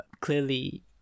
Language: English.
clearly